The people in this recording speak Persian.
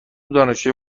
دانشجوی